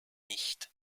nicht